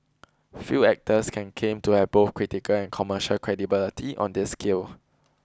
few actors can claim to have both critical and commercial credibility on this scale